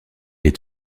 est